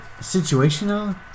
situational